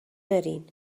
دارین